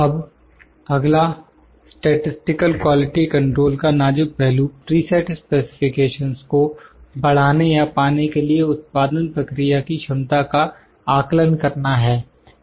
अब अगला statistical quality control का नाज़ुक पहलू प्रीसेट स्पेसिफिकेशंस को बढ़ाने या पाने के लिए उत्पादन प्रक्रिया की क्षमता का आकलन करना है